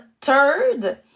third